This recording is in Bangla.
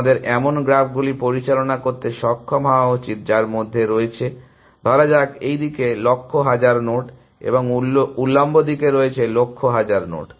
আমাদের এমন গ্রাফগুলি পরিচালনা করতে সক্ষম হওয়া উচিত যার মধ্যে রয়েছে ধরা যাক এই দিকে লক্ষ হাজার নোড এবং উল্লম্ব দিকে রয়েছে লক্ষ হাজার নোড